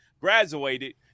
graduated